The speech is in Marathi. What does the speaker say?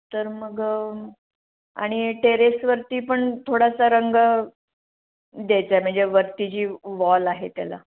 तर मग आणि टेरेसवरती पण थोडासा रंग द्यायचा आहे म्हणजे वरती जी वॉल आहे त्याला